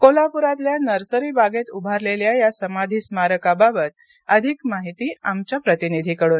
कोल्हापुरातल्या नर्सरी बागेत उभारलेल्या या समाधी स्मारकाबाबत अधिक माहिती आमच्या प्रतिनिधीकडन